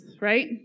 right